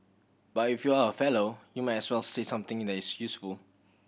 but if you are a Fellow you might as well say something that is useful